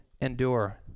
endure